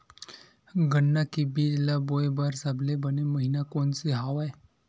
गन्ना के बीज ल बोय बर सबले बने महिना कोन से हवय?